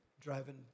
driving